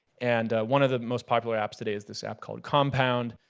and one of the most popular apps that is this app called compound.